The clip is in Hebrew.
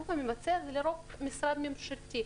הגוף המבצע זה לרוב משרד ממשלתי.